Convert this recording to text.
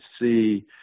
see